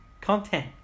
content